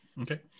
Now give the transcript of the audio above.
Okay